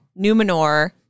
Numenor